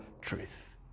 truth